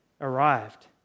arrived